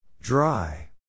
Dry